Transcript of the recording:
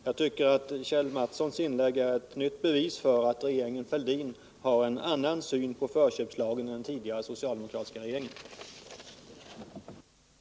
Jag tycker att Kjell Mattssons inlägg är ett nytt bevis för att regeringen Fälldin har en annan syn på förköpslagen än den tidigare socialdemokratiska regeringen hade.